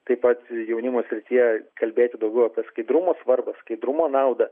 taip pat jaunimo srityje kalbėti daugiau apie skaidrumo svarbą skaidrumo naudą